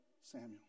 Samuel